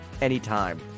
anytime